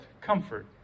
comfort